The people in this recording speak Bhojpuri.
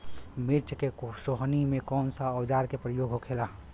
मिर्च के सोहनी में कौन सा औजार के प्रयोग होखेला?